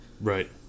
Right